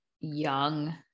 young